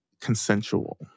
consensual